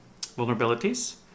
vulnerabilities